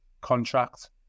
contract